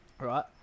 Right